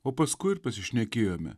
o paskui ir pasišnekėjome